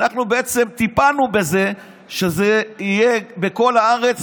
אנחנו בעצם טיפלנו בזה שזה יהיה בכל הארץ,